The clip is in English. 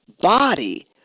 body